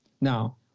Now